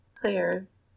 players